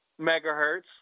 megahertz